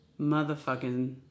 motherfucking